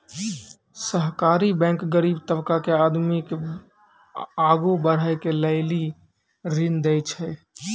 सहकारी बैंक गरीब तबका के आदमी के आगू बढ़ै के लेली ऋण देय छै